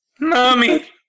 Mommy